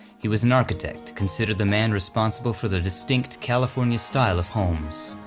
he was an architect, considered the man responsible for the distinct, california style of homes.